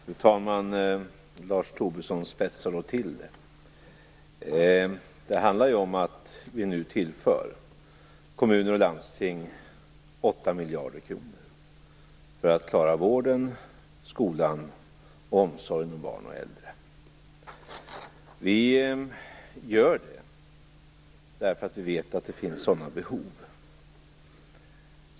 Fru talman! Lars Tobisson spetsar då till det! Det handlar ju om att vi nu tillför kommuner och landsting 8 miljarder kronor för att klara vården, skolan och omsorgen om barn och äldre. Vi gör det därför att vi vet att det finns sådana behov.